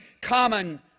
common